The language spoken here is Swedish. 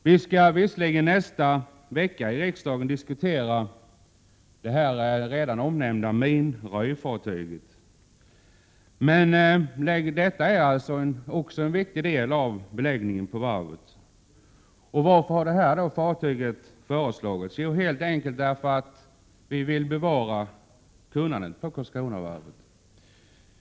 Vi skall visserligen nästa vecka i riksdagen diskutera det redan omnämnda minröjningsfartyget, men jag vill säga att detta också är en viktig del av beläggningen på varvet. Varför har då detta fartyg föreslagits? Jo, helt enkelt därför att vi vill bevara kunnandet på Karlskronavarvet.